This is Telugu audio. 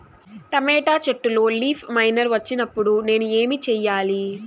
టమోటా చెట్టులో లీఫ్ మైనర్ వచ్చినప్పుడు నేను ఏమి చెయ్యాలి?